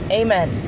amen